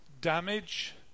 damage